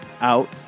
out